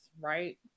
right